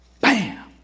Bam